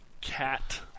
Cat